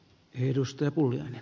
pakkanen uskoi